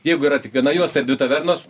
jeigu yra tik viena juosta dvi tavernos